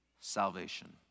salvation